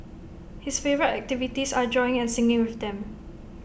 his favourite activities are drawing and singing with them